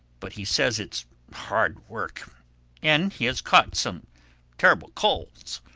but he says it's hard work and he has caught some terrible colds,